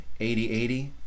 8080